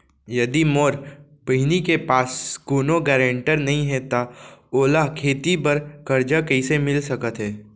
यदि मोर बहिनी के पास कोनो गरेंटेटर नई हे त ओला खेती बर कर्जा कईसे मिल सकत हे?